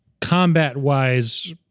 combat-wise